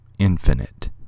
infinite